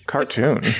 Cartoon